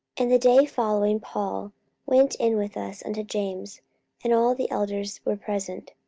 and the day following paul went in with us unto james and all the elders were present.